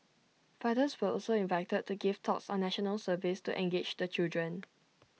fathers were also invited to give talks on National Service to engage the children